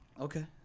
Okay